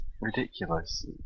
ridiculous